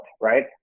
Right